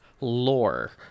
lore